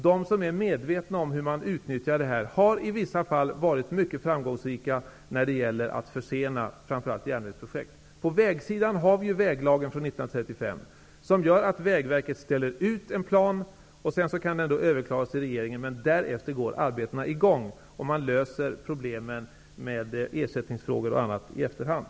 De som är medvetna om hur man utnyttjar det här har i vissa fall varit mycket framgångsrika, när det gäller att försena framför allt järnvägsprojekt. På vägsidan har vi väglagen från 1935. Den gör att Vägverket ställer ut en plan som kan överklagas till regeringen. Därefter går arbetena i gång. Man löser problemen med ersättningsfrågor och annat i efterhand.